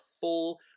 full